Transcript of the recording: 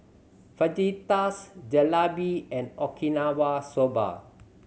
Fajitas Jalebi and Okinawa Soba